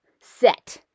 set